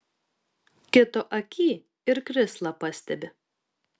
kito akyj ir krislą pastebi